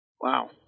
Wow